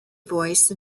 voice